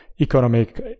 Economic